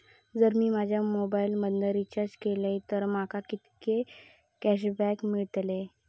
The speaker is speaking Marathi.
जर मी माझ्या मोबाईल मधन रिचार्ज केलय तर माका कितके कॅशबॅक मेळतले?